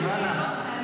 לוחמות גיבורות.